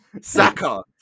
Saka